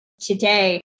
today